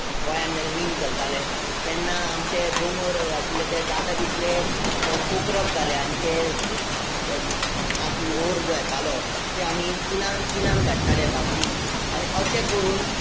गोंयान जेन्ना मिन चलतालें तेन्ना आमचे दोंगोर आशिल्ले ते जाता तितले पोखरप जाले आनी ते माती ओर जो येतालो ते आमी किनान किनान धाडटाले बार्जीनी आनी अशें करून